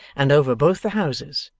and over both the houses,